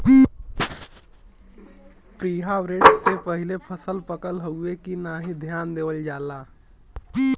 preharvest से पहिले फसल पकल हउवे की नाही ध्यान देवल जाला